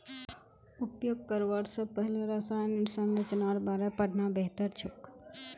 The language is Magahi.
उपयोग करवा स पहले रसायनेर संरचनार बारे पढ़ना बेहतर छोक